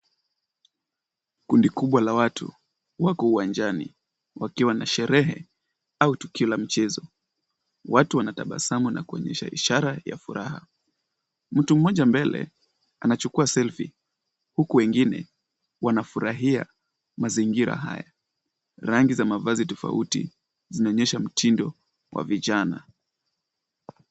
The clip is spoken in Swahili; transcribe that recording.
Kundi kubwa la watu, Wako uwajani, Wakiwa na shareni, au tukiwa la mchezo, watu wanatabasamu na kuonyesha shara ya furaha, mtu mmoja mbele, anachukua selfie huku wengine, wanafurahia mazingira haya, rangi ya mavazi tofauti, zinaonyesha mtindo wa vijana.